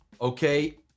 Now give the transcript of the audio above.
okay